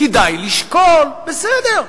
כדאי לשקול בסדר.